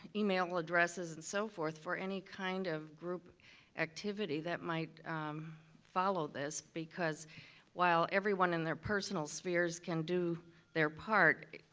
email addresses and so forth for any kind of group activity that might follow this because while everyone in their personal spheres can do their part,